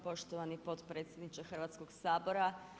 Poštovani potpredsjedniče Hrvatskog sabora.